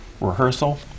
Rehearsal